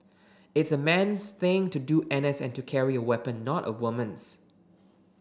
it's a man's thing to do NS and to carry a weapon not a woman's